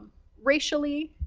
racially,